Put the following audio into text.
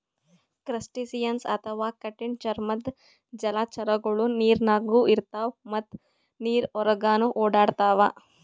crustaceans ಅಥವಾ ಕಠಿಣ್ ಚರ್ಮದ್ದ್ ಜಲಚರಗೊಳು ನೀರಿನಾಗ್ನು ಇರ್ತವ್ ಮತ್ತ್ ನೀರ್ ಹೊರಗನ್ನು ಓಡಾಡ್ತವಾ